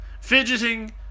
fidgeting